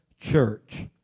church